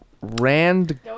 Rand